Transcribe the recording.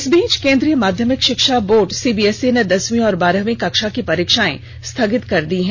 इस बीच केन्द्रीय माध्यमिक शिक्षा बोर्ड सीबीएसई ने दसवीं और बारहवीं कक्षा की परीक्षाएं स्थगित कर दी हैं